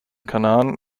kanaren